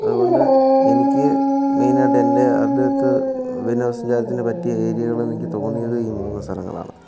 അതുകൊണ്ട് എനിക്ക് മെയിൻ ആയിട്ട് എൻ്റെ അടുത്ത് വിനോദസഞ്ചാരത്തിനു പറ്റിയ ഏരിയകളെന്ന് എനിക്ക് തോന്നിയത് ഈ മൂന്ന് സ്ഥലങ്ങളാണ്